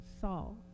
Saul